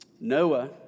Noah